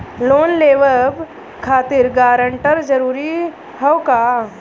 Loan लेवब खातिर guarantor जरूरी हाउ का?